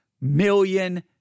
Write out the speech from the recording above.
million